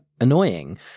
annoying